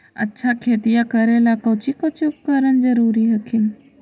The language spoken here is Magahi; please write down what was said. अच्छा खेतिया करे ला कौची कौची उपकरण जरूरी हखिन?